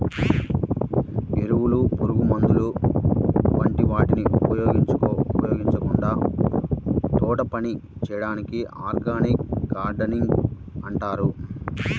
ఎరువులు, పురుగుమందుల వంటి వాటిని ఉపయోగించకుండా తోటపని చేయడాన్ని ఆర్గానిక్ గార్డెనింగ్ అంటారు